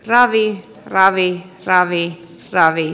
raviin ravit ravi ravi